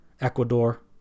Ecuador